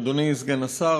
אדוני סגן השר,